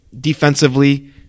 Defensively